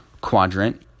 quadrant